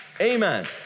Amen